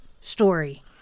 story